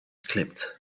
clipped